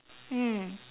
mm